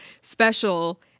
special